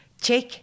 check